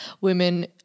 women